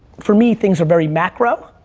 for me, things are very macro,